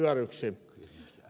arvoisa puhemies